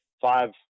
five